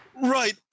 Right